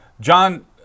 John